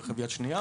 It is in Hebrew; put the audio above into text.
רכב יד שנייה,